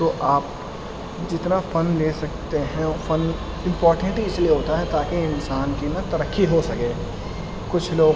تو آپ جتنا فن لے سکتے ہیں فن امپوٹینٹ ہی اس لیے ہوتا ہے تاکہ انسان کی نا ترقی ہو سکے کچھ لوگ